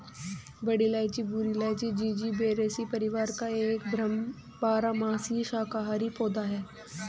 बड़ी इलायची भूरी इलायची, जिंजिबेरेसी परिवार का एक बारहमासी शाकाहारी पौधा है